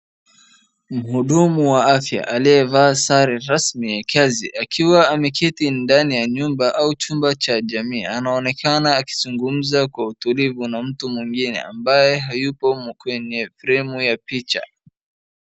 Mhudumu wa afya aliyevaa sare rasmi ya kazi akiwa ameketi ndani ya nyumba au chumba cha jamia, anaonekana akizungumza kwa utulivu na mtu mwingine ambaye hayuko humu kwenye fremu ya picha.